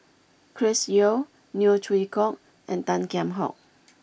Chris Yeo Neo Chwee Kok and Tan Kheam Hock